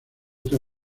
otra